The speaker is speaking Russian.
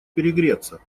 перегреться